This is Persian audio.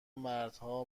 مردها